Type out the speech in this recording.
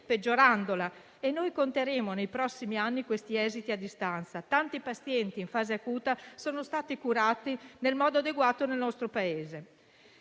peggiorandole; nei prossimi anni conteremo questi esiti a distanza. Tanti pazienti in fase acuta sono stati curati nel modo adeguato nel nostro Paese.